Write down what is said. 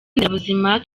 nderabuzima